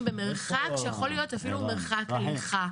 במרחק שיכול להיות אפילו מרחק הליכה.